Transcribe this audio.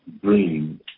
green